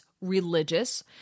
religious